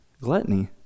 Gluttony